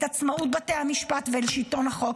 את עצמאות בתי המשפט ואת שלטון החוק,